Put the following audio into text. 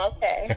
Okay